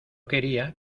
quería